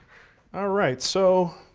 ah right, so,